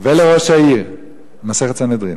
במסכת סנהדרין.